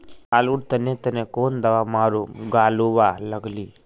आलूर तने तने कौन दावा मारूम गालुवा लगली?